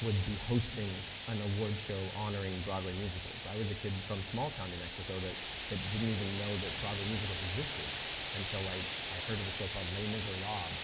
would be hosting an award show honoring broadway musicals. i was a kid from small-town new mexico that that didn't even know that broadway musicals existed until like i heard of a show called les miserables,